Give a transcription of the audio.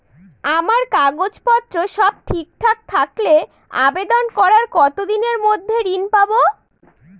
আমার কাগজ পত্র সব ঠিকঠাক থাকলে আবেদন করার কতদিনের মধ্যে ঋণ পাব?